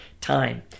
time